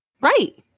Right